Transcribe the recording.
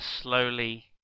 slowly